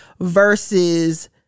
versus